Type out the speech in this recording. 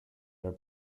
your